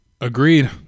Agreed